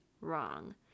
wrong